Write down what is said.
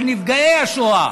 של נפגעי השואה,